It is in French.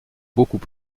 beaucoup